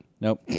nope